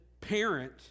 parent